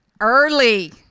Early